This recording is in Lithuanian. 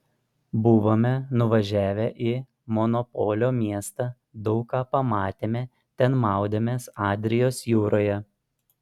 buvome nuvažiavę į monopolio miestą daug ką pamatėme ten maudėmės adrijos jūroje